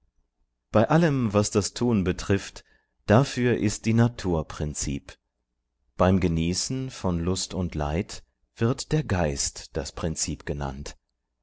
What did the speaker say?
bei allem was das tun betrifft dafür ist die natur prinzip beim genießen von lust und leid wird der geist das prinzip genannt